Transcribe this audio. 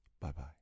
Bye-bye